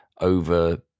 over